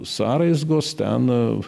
sąraizgos ten